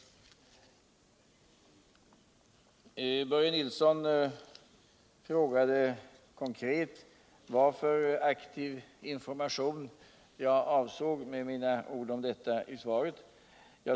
Börje Nilsson frågade konkret vilken aktiv information jag avsåg med mina ord om detta i svaret.